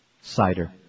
Cider